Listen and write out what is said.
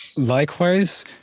Likewise